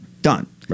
done